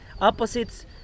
opposites